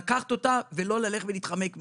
היא צריכה לקחת אותה ולא לנסות להתחמק ממנה.